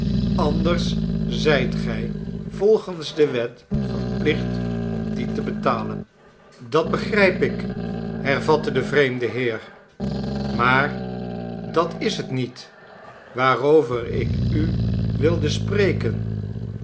anders zijt gij volgens de wet verplicht om die te betalen dat begrijp ik hervatte de vreemde heer maar dat is het niet waarover ik u wilde spreken